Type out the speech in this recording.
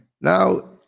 Now